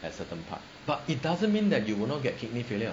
at certain part but it doesn't mean that you will not get kidney failure